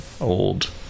old